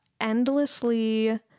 endlessly